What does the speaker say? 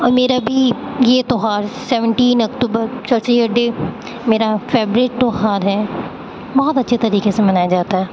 اور میرا بھی یہ تہوار seventeen October sir Syed day میرا فیورٹ تہوار ہے بہت اچھی طریقے سے منایا جاتا ہے